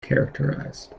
characterized